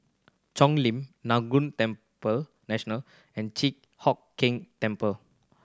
Cheng Lim Laguna temple National and Chi Hock Keng Temple